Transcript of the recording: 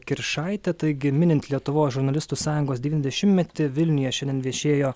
kiršaitė taigi minint lietuvos žurnalistų sąjungos devyniasdešimtmetį vilniuje šiandien viešėjo